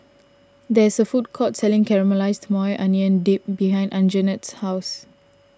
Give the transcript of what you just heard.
there is a food court selling Caramelized Maui Onion Dip behind Anjanette's house